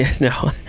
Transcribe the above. no